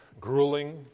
grueling